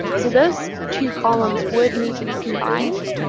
so those two columns would need to be combined.